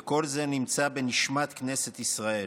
וכל זה נמצא בנשמת כנסת ישראל.